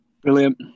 Brilliant